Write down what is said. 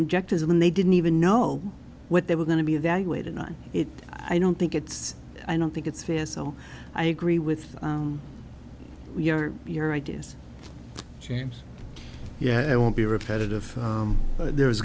injectors when they didn't even know what they were going to be evaluated on it i don't think it's i don't think it's fair so i agree with your your ideas james yeah i won't be repetitive but there is